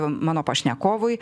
mano pašnekovui